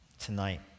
tonight